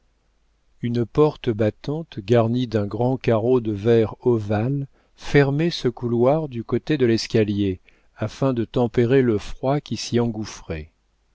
une porte battante garnie d'un grand carreau de verre ovale fermait ce couloir du côté de l'escalier afin de tempérer le froid qui s'y engouffrait